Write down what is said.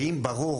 ואם ברור